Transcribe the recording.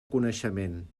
coneixement